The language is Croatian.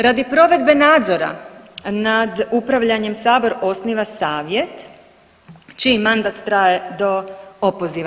Radi provedbe nadzora nad upravljanjem Sabor osniva savjet čiji mandat traje do opoziva.